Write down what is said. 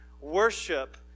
worship